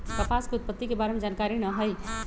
कपास के उत्पत्ति के बारे में जानकारी न हइ